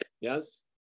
Yes